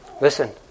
listen